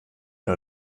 nur